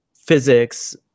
physics